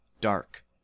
dark